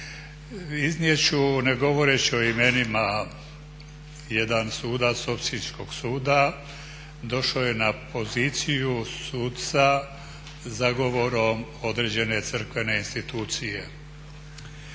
Iznijet ću ne govoreći o imenima jedan sudac osječkog suda došao je na poziciju suca zagovorom određene crkvene institucije.